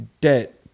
debt